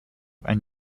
and